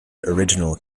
original